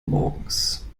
morgens